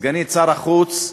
סגנית שר החוץ,